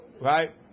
right